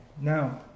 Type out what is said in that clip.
Now